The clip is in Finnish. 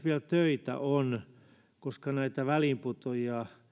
vielä töitä koska näitä väliinputoajia